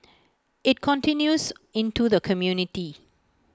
IT continues into the community